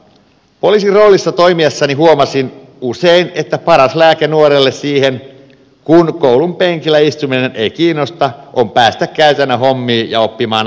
poliisin roolissa toimiessani huomasin usein että paras lääke nuorelle siihen kun koulun penkillä istuminen ei kiinnosta on päästä käytännön hommiin ja oppimaan ammatti tätä kautta